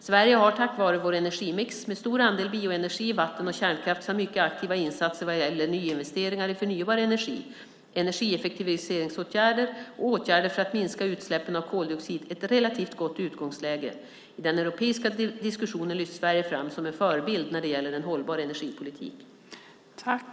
Sverige har tack vare vår energimix med stor andel bioenergi, vatten och kärnkraft samt mycket aktiva insatser vad gäller nyinvesteringar i förnybar energi, energieffektiviseringsåtgärder och åtgärder för att minska utsläppen av koldioxid ett relativt gott utgångsläge. I den europeiska diskussionen lyfts Sverige fram som en förebild när det gäller en hållbar energipolitik. Tredje vice talmannen meddelade att Fredrik Lundh, som framställt interpellation 2008/09:144, var förhindrad att delta i överläggningen.